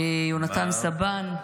יהונתן סבן.